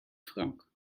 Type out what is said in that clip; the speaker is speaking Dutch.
frank